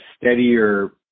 steadier